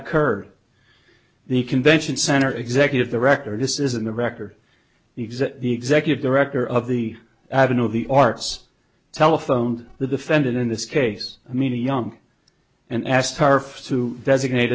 occurred the convention center executive director this isn't the record the exit the executive director of the avenue of the arts telephoned the defendant in this case i mean a young and asked her to designate